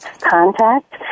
contact